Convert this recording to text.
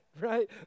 right